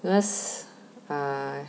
because uh